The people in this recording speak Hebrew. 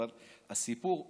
אבל הסיפור בגדול,